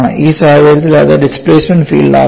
ഈ സാഹചര്യത്തിൽ അത് ഡിസ്പ്ലേസ്മെൻറ് ഫീൽഡ് ആകുന്നു